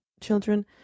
children